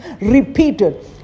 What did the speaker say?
repeated